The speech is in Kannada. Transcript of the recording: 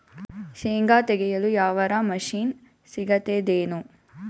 ಶೇಂಗಾ ತೆಗೆಯಲು ಯಾವರ ಮಷಿನ್ ಸಿಗತೆದೇನು?